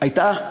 הייתה,